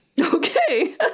Okay